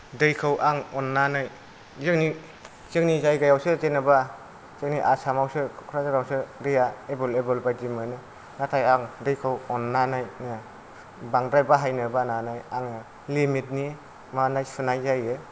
दैखौ आं अन्नानै जोंनि जोंनि जायगायावसो जेनबा जोंनि आसामावसो कक्राजारावसो दैया एभलएबोल बादि मोनो नाथाय आं दैखौ अन्नानैनो बांद्राय बाहायनो बानानै आङो लिमितनि मानाय सुनाय जायो